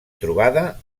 trobada